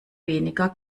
weniger